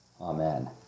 amen